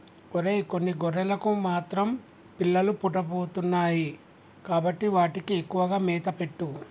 ఒరై కొన్ని గొర్రెలకు మాత్రం పిల్లలు పుట్టబోతున్నాయి కాబట్టి వాటికి ఎక్కువగా మేత పెట్టు